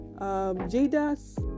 Jada's